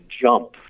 jump